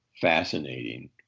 fascinating